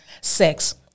sex